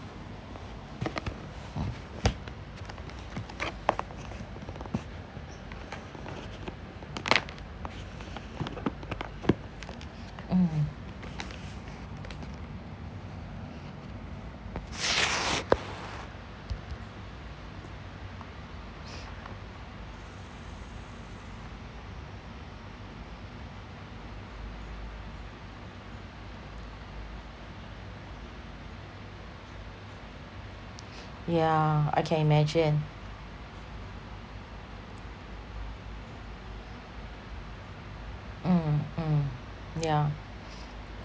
mm yeah I can imagine mm mm yeah